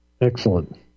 Excellent